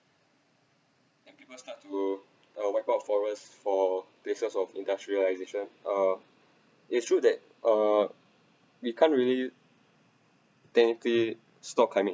and people start to uh wipe out forest for places of industrialisation uh it's true that uh we can't really technically stop climate